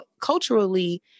culturally